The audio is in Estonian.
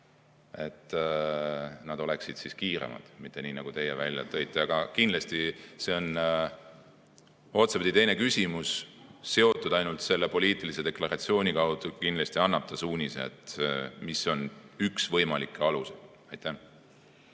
et nad oleksid kiiremad, mitte ei oleks nii, nagu teie välja tõite. Aga kindlasti see on otsapidi teine küsimus, seotud ainult selle poliitilise deklaratsiooni kaudu, ja kindlasti annab ta suunise, mis on üks võimalikke aluseid. Aitäh,